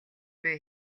буй